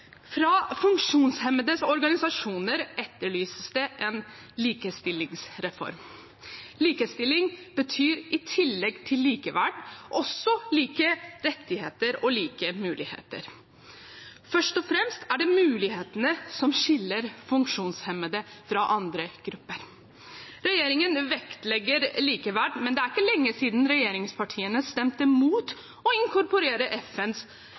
Fra funksjonshemmedes organisasjoner etterlyses det en likestillingsreform. Likestilling betyr – i tillegg til likeverd – like rettigheter og like muligheter. Først og fremst er det mulighetene som skiller funksjonshemmede fra andre grupper. Regjeringen vektlegger likeverd, men det er ikke lenge siden regjeringspartiene stemte imot å inkorporere FNs